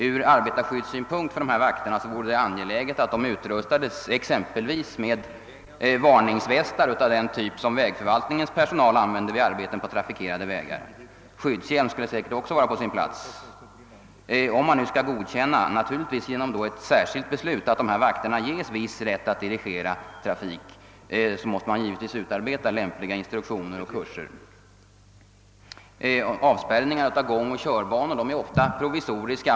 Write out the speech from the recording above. Ur arbetarskyddssynpunkt vore det angeläget att utrusta honom med exempelvis varningsväst av samma typ som vägförvaltningens personal använder vid arbete på trafikerade vägar. Likaså skulle säkert skyddshjälm vara mycket bra. Och om nu dessa vakter — naturligtvis efter särskilt beslut — får rätt att dirigera trafiken, måste det givetvis utarbetas lämpliga instruktioner och kurser härför. Även avspärrningarna för gångoch körbanor är ofta provisoriska.